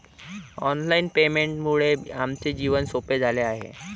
online पेमेंटमुळे आमचे जीवन सोपे झाले आहे